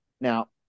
Now